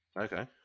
Okay